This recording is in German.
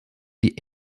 die